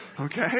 Okay